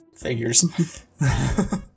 Figures